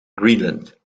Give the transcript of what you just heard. greenland